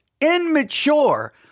immature